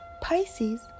Pisces